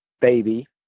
baby